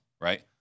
right